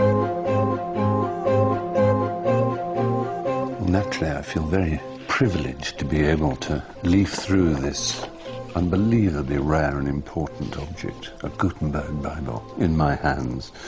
um um um naturally i feel very privileged to be able to leaf through this unbelievably rare and important object. a gutenberg bible in my hands.